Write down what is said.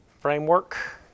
framework